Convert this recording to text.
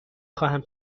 خواهم